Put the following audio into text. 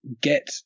get